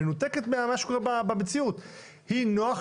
היא מנותקת ממה שקורה במציאות,